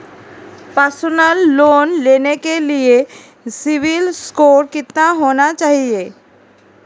Personal loan लेने के लिए सिबिल स्कोर कितना होना चाहिए?